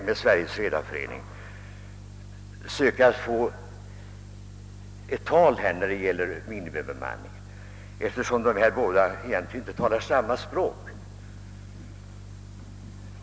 Jag sade redan då, i november månad, att detta inte var något lätt uppdrag, eftersom dessa båda organisationer inte talar samma språk.